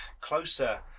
closer